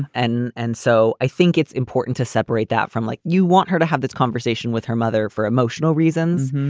and and so i think it's important to separate that from like you want her to have this conversation with her mother for emotional reasons.